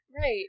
Right